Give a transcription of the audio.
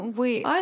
wait